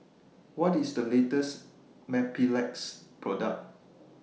What IS The latest Mepilex Product